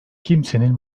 kimsenin